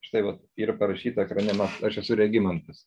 štai vat yra parašyta ekrane na aš esu regimantas